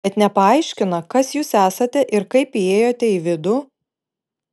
bet nepaaiškina kas jūs esate ir kaip įėjote į vidų